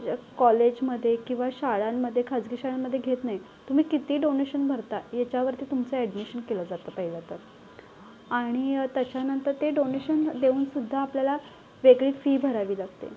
ज्या कॉलेजमध्ये किंवा शाळांमध्ये खासगी शाळांमध्ये घेत नाही तुम्ही किती डोनेशन भरता ह्याच्यावरती तुमचं ॲडमिशन केलं जातं पहिलं तर आणि त्याच्यानंतर ते डोनेशन देऊन सुद्धा आपल्याला वेगळी फी भरावी लागते